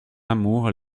amour